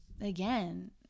Again